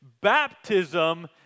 Baptism